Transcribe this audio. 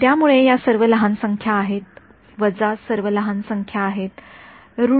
त्यामुळे या सर्व लहान संख्या आहेत वजा सर्व संख्या आहेत ऋण